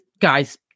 guy's